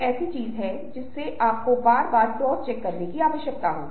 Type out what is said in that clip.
20 वीं शताब्दी के उत्तरार्ध में अब दृश्य हावी हो गया